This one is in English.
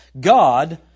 God